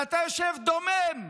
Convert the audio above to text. ואתה יושב עכשיו דומם?